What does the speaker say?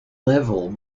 neville